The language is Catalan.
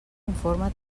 informe